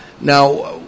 now